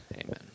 Amen